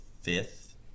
fifth